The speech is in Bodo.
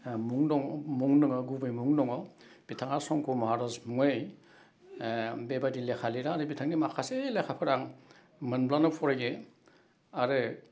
मुं दङ मुं दङ गुबै मुं दङ बिथाङा संक्य' महारास मुङै बेबायदि लेखा लिरो आरो बिथांनि माखासे लेखाफोरा मोनब्लानो फरायो आरो